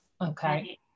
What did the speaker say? Okay